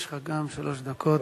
יש לך גם שלוש דקות.